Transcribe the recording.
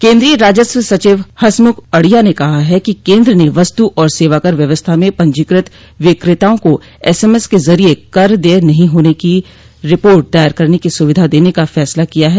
केंद्रीय राजस्व सचिव हसमुख अढ़िया ने कहा है कि केंद्र ने वस्तु और सेवाकर व्यवस्था में पंजीकृत विक्रेताओं को एसएमएस के जरिए कर देय नहीं होने की रिपोर्ट दायर करने की सुविधा देने का फसला किया है